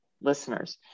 listeners